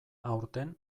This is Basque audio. aurten